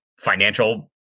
financial